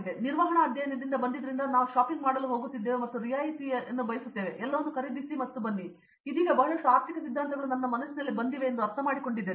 ಹಾಗಾಗಿ ನಾವು ನಿರ್ವಹಣಾ ಅಧ್ಯಯನದಿಂದ ಬಂದಿದ್ದರಿಂದ ನಾವು ಶಾಪಿಂಗ್ ಮಾಡಲು ಹೋಗುತ್ತಿದ್ದೇವೆ ಮತ್ತು ರಿಯಾಯಿತಿಯನ್ನು ಹೋಗುತ್ತೇವೆ ಎಲ್ಲವನ್ನೂ ಖರೀದಿಸಿ ಮತ್ತು ಬನ್ನಿ ಮತ್ತು ಇದೀಗ ಬಹಳಷ್ಟು ಆರ್ಥಿಕ ಸಿದ್ಧಾಂತಗಳು ನನ್ನ ಮನಸ್ಸಿನಲ್ಲಿ ಬಂದಿವೆ ನಾನು ಅರ್ಥಮಾಡಿಕೊಂಡಿದ್ದೇನೆ